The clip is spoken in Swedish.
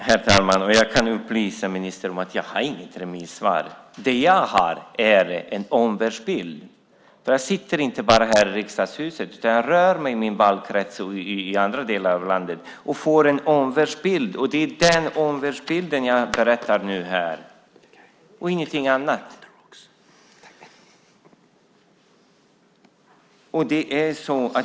Herr talman! Jag kan upplysa ministern om att jag inte har något remissvar. Det jag har är en omvärldsbild. Jag sitter inte enbart i Riksdagshuset, utan jag rör mig i min valkrets och i andra delar av landet och får en omvärldsbild. Det är den omvärldsbilden jag nu berättar om, ingenting annat.